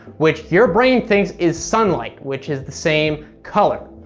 which your brain thinks is sunlight, which is the same color.